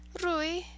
Rui